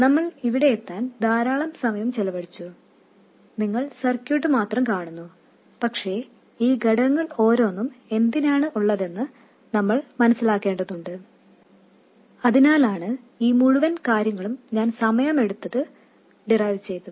നമ്മൾ ഇവിടെ എത്താൻ ധാരാളം സമയം ചെലവഴിച്ചു നിങ്ങൾ സർക്യൂട്ട് മാത്രം കാണുന്നു പക്ഷേ ഈ ഘടകങ്ങൾ ഓരോന്നും എന്തിനാണ് ഉള്ളതെന്ന് നമ്മൾ മനസ്സിലാക്കേണ്ടതുണ്ട് അതിനാലാണ് ഈ മുഴുവൻ കാര്യങ്ങളും ഞാൻ സമയമെടുത്ത് ഡിറൈവ് ചെയ്തത്